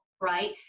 right